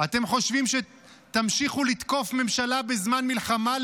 אתם חושבים שתמשיכו לתקוף ממשלה בזמן מלחמה,